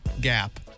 gap